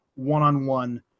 one-on-one